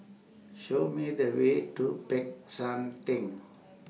Show Me The Way to Peck San Theng